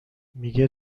میگه